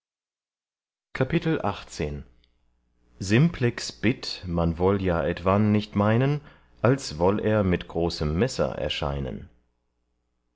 simplex bitt man woll ja etwan nicht meinen als woll er mit großem messer erscheinen